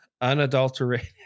unadulterated